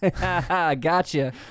Gotcha